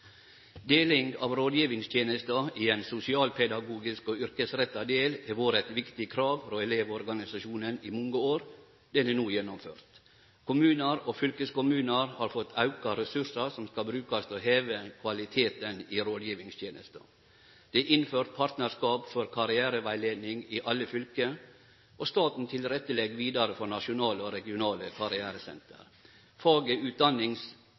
Deling av rådgjevingstenesta i ein sosialpedagogisk del og ein yrkesretta del har vore eit viktig krav frå Elevorganisasjonen i mange år. Det er no gjennomført. Kommunar og fylkeskommunar har fått auka ressursar som skal brukast til å heve kvaliteten i rådgjevingstenesta. Det er innført partnarskap for karriererettleiing i alle fylke, og staten legg vidare til rette for nasjonale og regionale karrieresenter. Faget